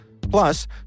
Plus